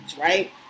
right